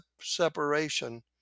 separation